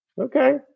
Okay